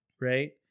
right